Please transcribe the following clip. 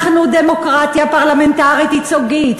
אנחנו דמוקרטיה פרלמנטרית ייצוגית.